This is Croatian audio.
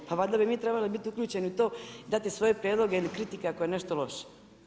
Pa valjda bi mi trebali biti uključeni u to, dati svoje prijedloge, kritike, ako je nešto loše.